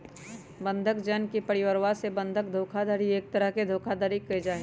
बंधक जन के परिवरवा से बंधक धोखाधडी एक तरह के धोखाधडी के जाहई